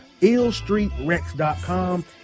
illstreetrex.com